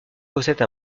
possède